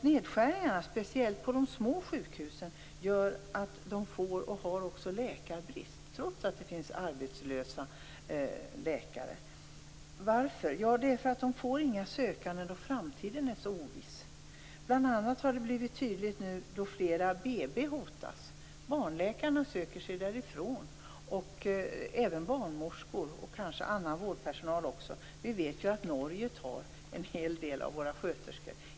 Nedskärningarna på de små sjukhusen gör att det blir en läkarbrist, trots att det finns arbetslösa läkare. Varför? Det blir inga sökande när framtiden är oviss. Detta har blivit tydligt när flera BB har hotats. Barnläkarna söker sig därifrån. Det gäller även barnmorskor och annan vårdpersonal. Vi vet att Norge tar en hel del av våra sköterskor.